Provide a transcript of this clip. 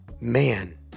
man